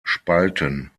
spalten